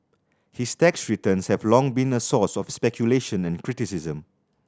his tax returns have long been a source of speculation and criticism